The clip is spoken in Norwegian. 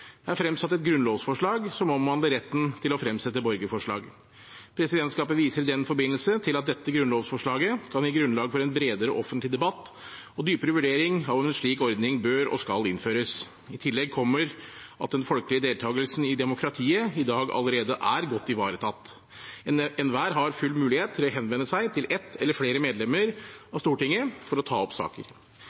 er fremsatt et grunnlovsforslag som omhandler retten til å fremsette borgerforslag. Presidentskapet viser i den forbindelse til at dette grunnlovsforslaget kan gi grunnlag for en bredere offentlig debatt og dypere vurdering av om en slik ordning bør og skal innføres. I tillegg kommer at den folkelige deltakelsen i demokratiet i dag allerede er godt ivaretatt. Enhver har full mulighet til å henvende seg til ett eller flere medlemmer av Stortinget for å ta opp saker.